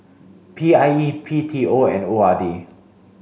P I E B T O and O R D